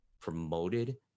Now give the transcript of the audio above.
promoted